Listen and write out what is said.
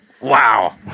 Wow